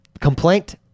Complaint